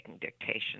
dictation